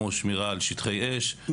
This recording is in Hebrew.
כמו שמירה על שטחי אש,